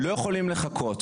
לא יכולים לחכות.